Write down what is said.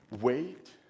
Wait